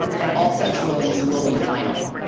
and all such rulings will be final.